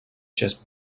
just